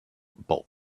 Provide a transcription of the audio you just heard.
bulk